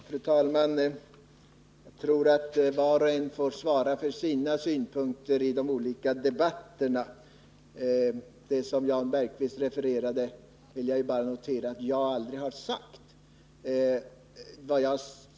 Fru talman! Jag anser att var och en får svara för sina synpunkter i de olika debatterna. Beträffande det som Jan Bergqvist refererade vill jag bara framhålla att jag aldrig har sagt detta.